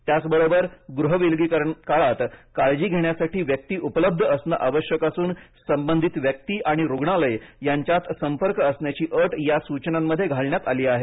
त्याचबरोबर गृहविलगीकरण काळात काळजी घेण्यासाठी व्यक्ती उपलब्ध असणे आवश्यक असून संबधित व्यक्ती आणि रुग्णालय यांच्यात संपर्क असण्याची अट या सूचनांमध्ये घालण्यात आली आहे